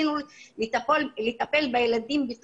מכיר את התכניות שהוא יכול לתת לילדים האלה בתוך המרחב שלהם,